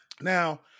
Now-